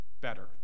better